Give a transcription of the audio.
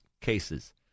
cases